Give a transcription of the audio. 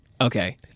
Okay